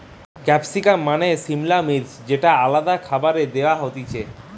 capsicum মানে সিমলা মির্চ যেটা আলাদা খাবারে দেয়া হতিছে